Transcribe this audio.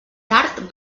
tard